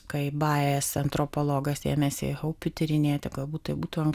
kai bajes antropologas ėmėsi haupi tyrinėti galbūt tai būtų